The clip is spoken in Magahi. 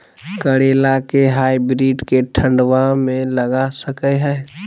करेला के हाइब्रिड के ठंडवा मे लगा सकय हैय?